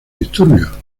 disturbios